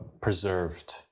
preserved